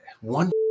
one